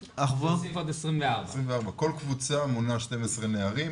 24. כל קבוצה מונה 12 נערים,